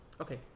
Okay